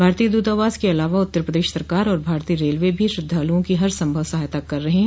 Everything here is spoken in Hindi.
भारतीय दूतावास के अलावा उत्तर प्रदेश सरकार और भारतीय रेलवे भी श्रद्वालुओं की हर संभव सहायता कर रहे है